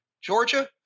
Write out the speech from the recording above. Georgia